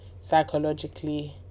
psychologically